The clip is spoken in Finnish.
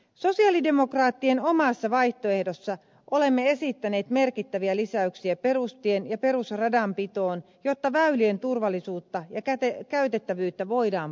sosialidemokraattien omassa vaihtoehdossa olemme esittäneet merkittäviä lisäyksiä perus tien ja perusradanpitoon jotta väylien turvallisuutta ja käytettävyyttä voidaan parantaa